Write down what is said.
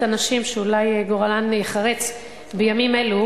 הנשים שאולי גורלן ייחרץ בימים אלו,